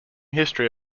history